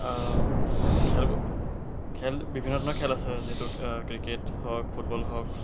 খেল খেল বিভিন্ন ধৰণৰ খেল আছে যিহেতু ক্ৰিকেট হওক ফুটবল হওক